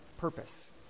purpose